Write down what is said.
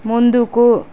ముందుకు